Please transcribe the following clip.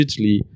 digitally